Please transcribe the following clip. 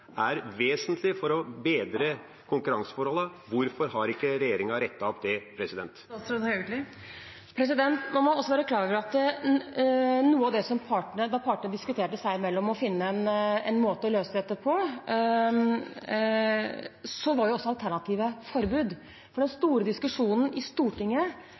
er utført mer arbeid enn avtalt stillingsprosent. Slik er det ikke i dag. Dette punktet er vesentlig for å bedre konkurranseforholdene. Hvorfor har ikke regjeringa rettet opp det? Man skal være klar over at da partene seg imellom diskuterte en måte å løse dette på, var alternativet forbud. Den store diskusjonen i Stortinget